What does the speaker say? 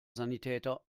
sanitäter